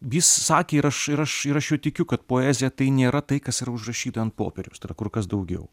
jis sakė ir aš ir aš ir aš juo tikiu kad poezija tai nėra tai kas yra užrašyta ant popieriaus yra kur kas daugiau